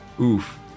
Oof